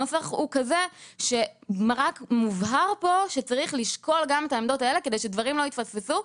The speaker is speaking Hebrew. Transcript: אלא הנוסח מבהיר שצריך לשקול את העמדות האלה כדי שדברים לא יתפספסו.